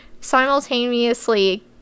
simultaneously